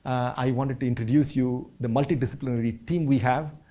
i wanted to introduce you the multidisciplinary team we have.